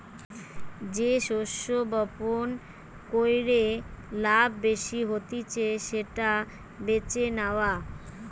যে শস্য বপণ কইরে লাভ বেশি হতিছে সেটা বেছে নেওয়া